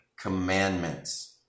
commandments